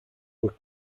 were